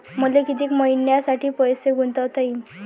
मले कितीक मईन्यासाठी पैसे गुंतवता येईन?